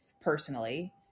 personally